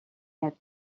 yet